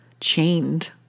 chained